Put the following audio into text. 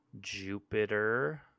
Jupiter